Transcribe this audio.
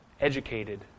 educated